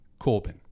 Corbyn